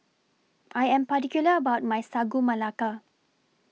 I Am particular about My Sagu Melaka